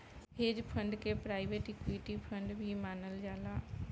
hedge fund के private equity fund भी मानल जाला